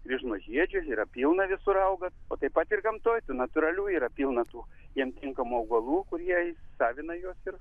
kryžmažiedžių yra pilna visur auga o taip pat ir gamtoje tų natūralių yra pilna tų jiem tinkamų augalų kurie įsisavina juos ir